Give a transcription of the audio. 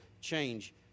change